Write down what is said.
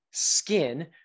skin